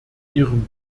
ihrem